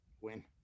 win